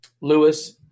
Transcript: Lewis